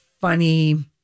funny